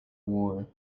war